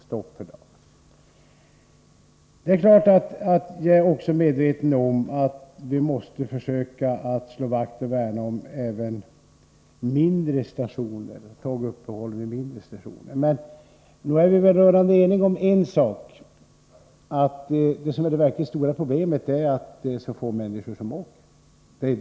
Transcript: Självfallet är jag medveten om att vi måste försöka slå vakt om även mindre stationer och antalet tåguppehåll där. Men nog är vi väl rörande eniga om en sak, nämligen att det verkligt stora problemet är att så få människor åker med tåg.